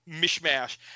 mishmash